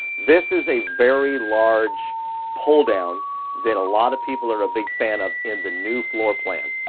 this is a very large pull-down that a lot of people are a big fan of in the new floor plan.